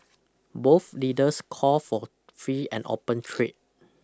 both leaders called for free and open trade